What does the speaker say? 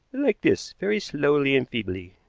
like this, very slowly and feebly.